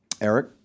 Eric